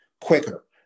quicker